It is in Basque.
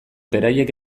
beraiek